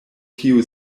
tiu